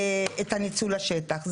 את ניצול השטח.